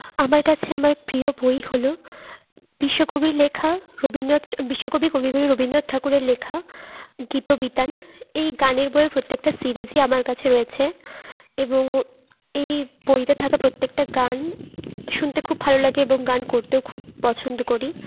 আমার কাছে আমার প্রিয় বই হল বিশ্বকবির লেখা রবীন্দ্রনাথ বিশ্বকবি কবিগুরু রবীন্দ্রনাথ ঠাকুরের লেখা গীতবিতান এই গানের বইয়ের প্রত্যেকটা সিরিজই আমার কাছে রয়েছে এবং এই বইতে থাকা প্রত্যেকটা গান শুনতে খুব ভালো লাগে এবং গান করতেও খুব পছন্দ করি